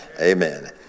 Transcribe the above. Amen